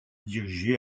dirigé